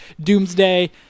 Doomsday